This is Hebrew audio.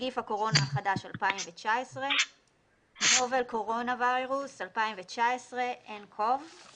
נגיף הקורונה החדש 2019 (Novel Coronavirus 2019 nCoV);